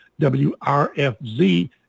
WRFZ